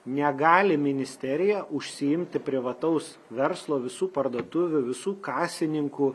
negali ministerija užsiimti privataus verslo visų parduotuvių visų kasininkų